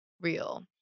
real